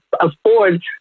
afford